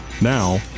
Now